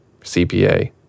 CPA